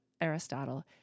Aristotle